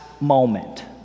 moment